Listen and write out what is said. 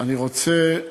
אני רוצה,